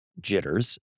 jitters